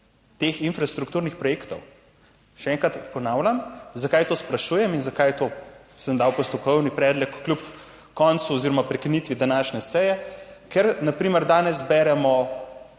infrastrukturnih projektov. Še enkrat ponavljam, zakaj to sprašujem in zakaj sem dal postopkovni predlog kljub koncu oziroma prekinitvi današnje seje, ker, na primer,